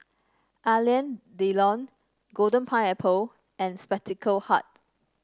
Alain Delon Golden Pineapple and Spectacle Hut